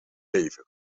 leven